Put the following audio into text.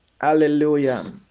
hallelujah